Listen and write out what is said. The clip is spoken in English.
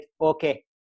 okay